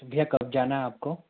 भैया कब जाना है आपको